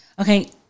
Okay